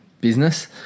business